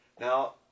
now